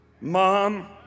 mom